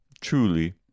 Truly